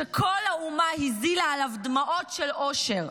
שכל האומה הזילה עליו דמעות של אושר,